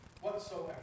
whatsoever